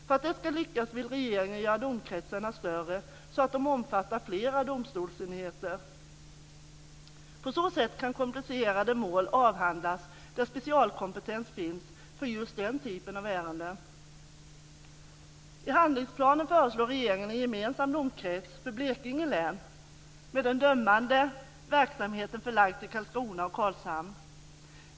För att det ska lyckas vill regeringen göra domkretsarna större så att de omfattar flera domstolsenheter. På så sätt kan komplicerade mål avhandlas där specialistkompetens finns för just den typen av ärenden. I handlingsplanen föreslår regeringen en gemensam domkrets för Blekinge län med den dömande verksamheten förlagd till Karlskrona och Karlshamn.